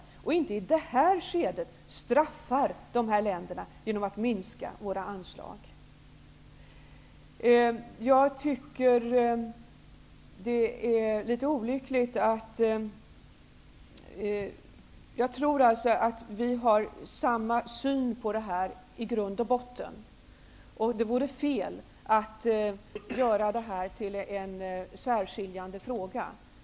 Vi skall inte i detta skede straffa dessa länder genom att minska våra anslag. Jag tror att vi i grund och botten har samma syn i den här frågan. Det vore fel att göra detta till en särskiljande fråga.